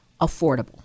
affordable